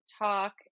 talk